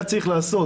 היה צריך לעשות,